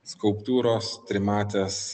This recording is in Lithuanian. skulptūros trimatės